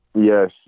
Yes